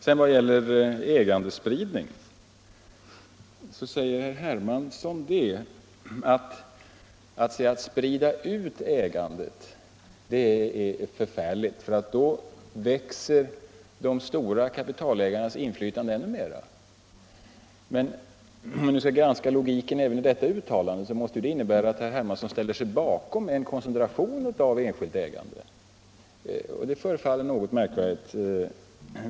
Sedan säger herr Hermansson att det är förfärligt att sprida ut ägandet, för då växer de stora kapitalägarnas inflytande ännu mera. Om vi skall granska logiken även i detta uttalande måste det innebära att herr Hermansson ställer sig bakom en koncentration av enskilt ägande. Det förefaller något märkligt.